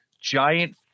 giant